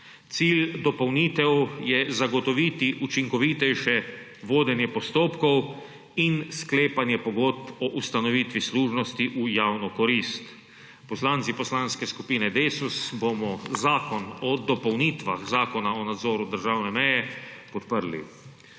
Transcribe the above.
Cilj dopolnitev je zagotoviti učinkovitejše vodenje postopkov in sklepanje pogodb o ustanovitvi služnosti v javno korist. Poslanci Poslanske skupine Desus bomo Predlog zakona o dopolnitvah Zakona o nadzoru državne meje podprli.